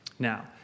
Now